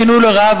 השינוי הוא לרעה.